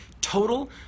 total